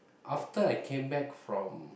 after I came back from